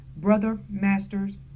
Brothermasters